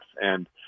and-